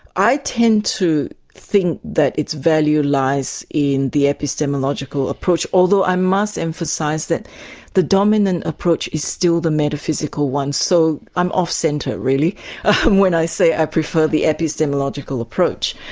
i tend to think that it's value lies in the epistemological approach, although i must emphasise that the dominant approach is still the metaphysical one. so i'm off-centre really and when i say i prefer the epistemological approach.